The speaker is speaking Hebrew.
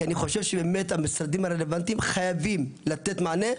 כי אני חושב שהמשרדים הרלוונטיים חייבים לתת מענה.